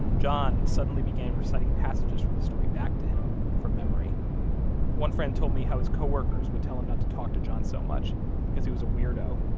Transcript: john suddenly began reciting passages from the story back to him from memory one friend told me how his coworkers would tell him not to talk to john so much because he was a weirdo.